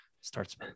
starts